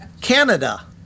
Canada